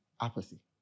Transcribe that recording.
Apathy